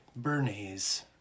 Bernays